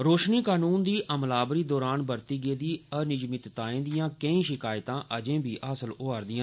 रोशनी कानून दी अमलावरी दौरान बरती गेदी अनियिमतताएं दियां केई शिकायतां बी हासल होइयां हियां